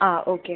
ആ ഓക്കേ